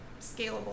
scalable